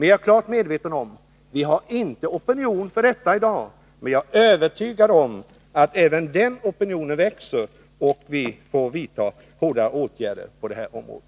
Jag är klart medveten om att vi inte har tillräckligt stark opinion bakom oss i dag, men jag är övertygad om att opinionen växer och att vi blir tvungna att vidta hårda åtgärder på detta område.